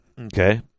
Okay